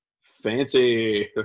fancy